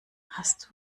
hast